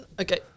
Okay